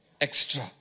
Extra